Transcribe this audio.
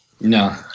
No